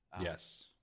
yes